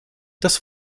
das